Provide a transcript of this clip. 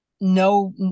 no